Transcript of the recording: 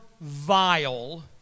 vile